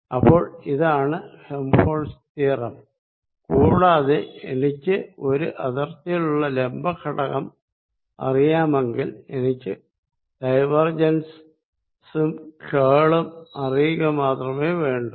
അപ്പോൾ ഇതാണ് Helmholtz theorem കൂടാതെ എനിക്ക് ഒരു അതിർത്തിയിലുള്ള ലംബ ഘടകം അറിയാമെങ്കിൽ എനിക്ക് ഡൈവർജൻസ് ഉം കെളും അറിയുക മാത്രമേ വേണ്ടു